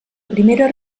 primera